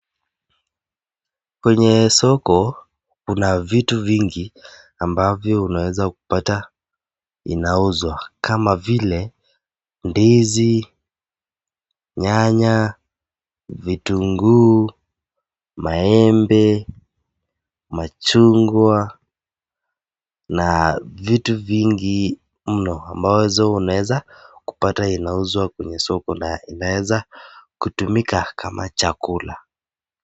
Kwenye soko kuna vitu vingi ambavyo unaweza kupata inauzwa. Kama vile ndizi, nyanya, vitunguu, maembe, machungwa na vitu vingi muno ambazo unaweza kupata inauzwa kwenye soko la, inaweza kutumika kama chakula.